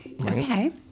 okay